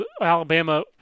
Alabama